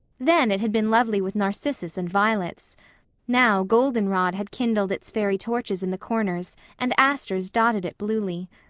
then it had been lovely with narcissus and violets now golden rod had kindled its fairy torches in the corners and asters dotted it bluely.